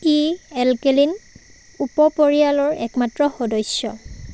ই alkaline উপপৰিয়ালৰ একমাত্ৰ সদস্য